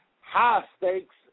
high-stakes